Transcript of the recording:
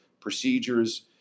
procedures